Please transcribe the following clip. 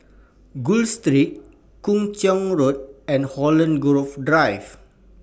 Gul Street Kung Chong Road and Holland Grove Drive